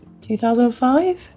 2005